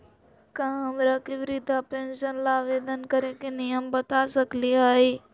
का हमरा के वृद्धा पेंसन ल आवेदन करे के नियम बता सकली हई?